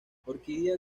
orquídea